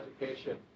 education